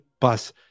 bus